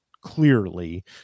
clearly